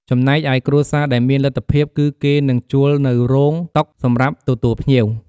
ចំណែកឯគ្រួសារដែលមានលទ្ធភាព គឺគេនឹងជួលនូវរោង តុ សម្រាប់ទទួលភ្ញៀវ។